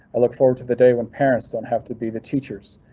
i look forward to the day when parents don't have to be the teachers.